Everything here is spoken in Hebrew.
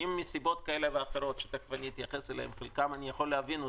אם מסיבות כאלה ואחרות שאני אתייחס אליהן שחלקן אני יכול להבין,